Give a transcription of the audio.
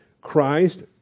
Christ